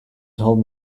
told